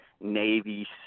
Navy